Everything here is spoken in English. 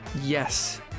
Yes